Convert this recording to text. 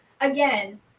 again